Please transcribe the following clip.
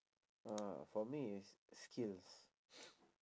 ah for me is skills